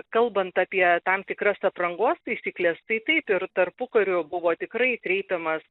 kalbant apie tam tikras aprangos taisykles tai taip ir tarpukariu buvo tikrai kreipiamas